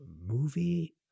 movie